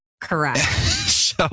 Correct